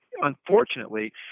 unfortunately